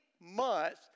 months